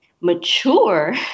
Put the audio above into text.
mature